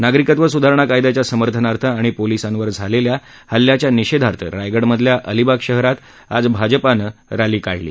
नागरिकत्व सुधारणा कायद्याच्या समर्थनार्थ आणि पोलिसांवर झालेल्या हल्ल्याच्या निषेधार्थ रायगडमधल्या अलिबाग शहरात आज भाजपानं आज रॅली काढली